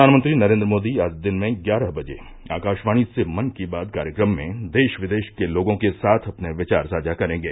प्रधानमंत्री नरेंद्र मोदी आज दिन में ग्यारह बजे आकाशवाणी से मन की बात कार्यक्रम में देश विदेश के लोगों के साथ अपने विचार साझा करेंगे